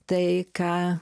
tai ką